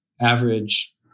average